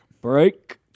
Break